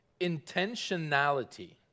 intentionality